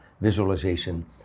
visualization